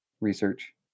research